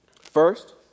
First